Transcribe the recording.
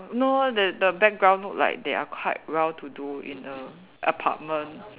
no the the background look like they are quite well to do in a apartment